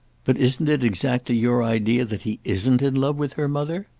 but isn't it exactly your idea that he isn't in love with her mother?